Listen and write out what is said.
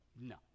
no